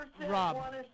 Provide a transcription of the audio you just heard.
Rob